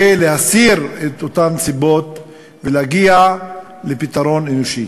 ולהסיר את אותן סיבות ולהגיע לפתרון אנושי.